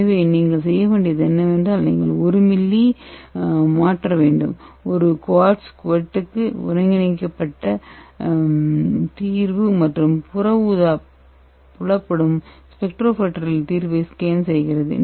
எனவே நீங்கள் செய்ய வேண்டியது என்னவென்றால் நீங்கள் 1 மில்லி ஒருங்கிணைந்த கரைசலை ஒரு குவார்ட்ஸ் குவெட்டிற்கு மாற்ற வேண்டும் மற்றும் UV புலப்படும் ஸ்பெக்ட்ரோமீட்டரில் தீர்வை ஸ்கேன் செய்ய வேண்டும்